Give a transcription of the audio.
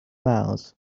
mouse